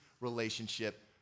relationship